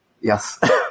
Yes